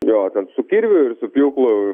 jo ten su kirviu ir su pjūklu